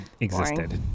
existed